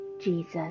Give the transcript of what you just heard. Jesus